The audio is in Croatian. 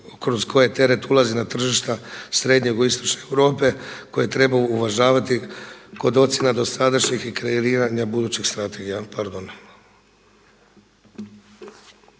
kroz koje teret ulazi na tržišta srednjeg u istočne Europe koje treba uvažavati kod ocjena dosadašnjih i kreiranja budućih strategija.